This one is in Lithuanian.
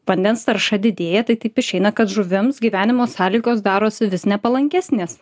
vandens tarša didėja tai taip išeina kad žuvims gyvenimo sąlygos darosi vis nepalankesnės